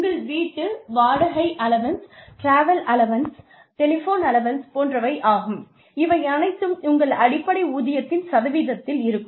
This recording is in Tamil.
உங்கள் வீட்டு வாடகை allowance travel allowance telephone allowance போன்றவை ஆகும் இவை அனைத்தும் உங்கள் அடிப்படை ஊதியத்தின் சதவீதத்தில் இருக்கும்